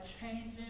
changing